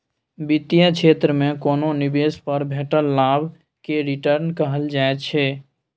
बित्तीय क्षेत्र मे कोनो निबेश पर भेटल लाभ केँ रिटर्न कहल जाइ छै